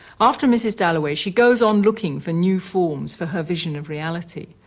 after mrs. dalloway, she goes on looking for new forms for her vision of reality.